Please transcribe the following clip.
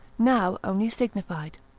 now only signified.